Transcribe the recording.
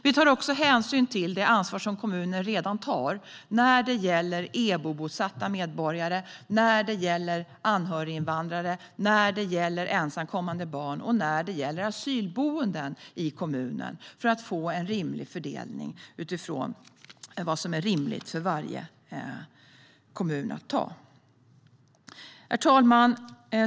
Vi tar också hänsyn till det ansvar som kommuner redan tar när det gäller EBO-bosatta medborgare, när det gäller anhöriginvandrare, när det gäller ensamkommande barn och när det gäller asylboenden i kommunen för att få en rimlig fördelning utifrån vad som är rimligt för varje kommun. Herr talman!